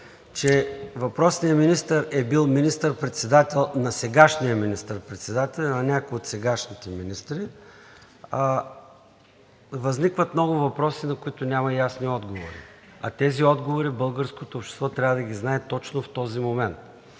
че въпросният министър е бил министър-председател на сегашния министър-председател и на някои от сегашните министри, възникват много въпроси, на които няма ясни отговори, а тези отговори българското общество трябва да ги знае точно в този момент.